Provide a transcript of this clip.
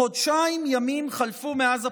חודשיים ימים חלפו מאז הבחירות.